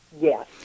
Yes